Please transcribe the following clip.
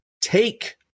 take